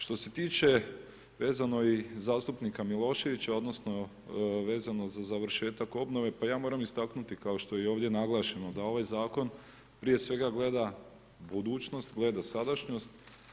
Što se tiče vezano i za zastupnika Miloševića, odnosno vezano za završetak obnove pa ja moram istaknuti kao što je i ovdje naglašeno da ovaj zakon prije svega gleda budućnost, gleda sadašnjost.